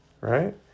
right